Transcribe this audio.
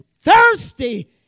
thirsty